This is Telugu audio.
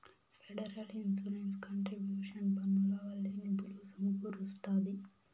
ఫెడరల్ ఇన్సూరెన్స్ కంట్రిబ్యూషన్ పన్నుల వల్లే నిధులు సమకూరస్తాంది